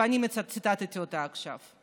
ואני ציטטתי אותה עכשיו.